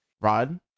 rod